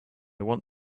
want